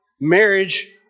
Marriage